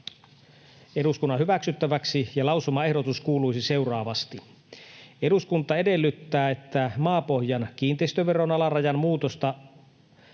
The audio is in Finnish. eduskunnan hyväksyttäväksi, ja lausumaehdotus kuuluisi seuraavasti: ”Eduskunta edellyttää, että maapohjan kiinteistöveron alarajan muutos